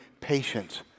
patience